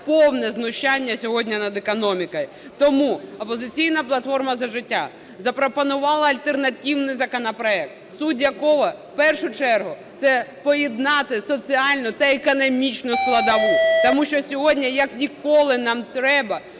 повне знущання сьогодні над економікою. Тому "Опозиційна платформа – За життя" запропонувала альтернативний законопроект, суть якого в першу чергу це поєднати соціальну та економічну складову. Тому що сьогодні, як ніколи, нам треба